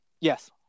Yes